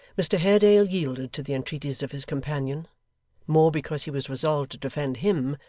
mr haredale yielded to the entreaties of his companion more because he was resolved to defend him,